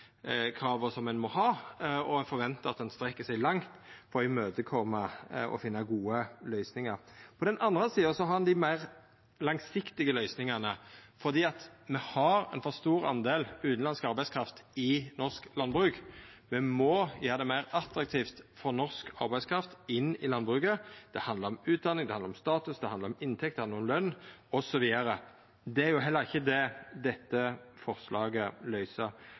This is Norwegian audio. ein må ha, og eg forventar at ein strekkjer seg langt for å imøtekoma og finna gode løysingar. På den andre sida har ein dei meir langsiktige løysingane. Me har ein for stor del utanlandsk arbeidskraft i norsk landbruk. Me må gjera det meir attraktivt for norsk arbeidskraft inn i landbruket. Det handlar om utdanning, det handlar om status, det handlar om inntekt, og det handlar om løn, osv. Det er heller ikkje det dette forslaget løyser.